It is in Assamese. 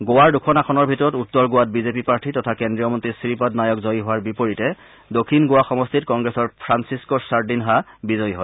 গোৱাৰ দুখন আসনৰ ভিতৰত উত্তৰ গোৱাত বিজেপি প্ৰাৰ্থী তথা কেন্দ্ৰীয় মন্তী শ্ৰীপদ নায়ক জয়ী হোৱাৰ বিপৰীতে দক্ষিণ গোৱা সমষ্টিত কংগ্ৰেছৰ ফ্ৰাঞ্চিস্থ ছাৰ্দিনহা বিজয়ী হয়